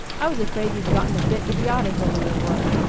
i was afraid you'd gotten a bit idiotic over your work.